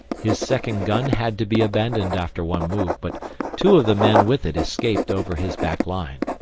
his second gun had to be abandoned after one move, but two of the men with it escaped over his back line.